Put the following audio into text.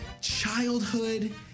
childhood